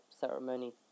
ceremony